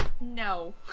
No